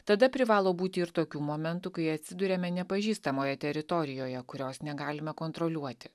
tada privalo būti ir tokių momentų kai atsiduriame nepažįstamoje teritorijoje kurios negalime kontroliuoti